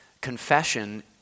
Confession